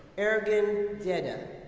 erghen deda,